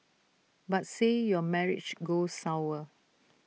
but say your marriage goes sour